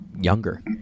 younger